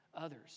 others